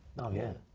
oh yeah.